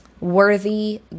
worthy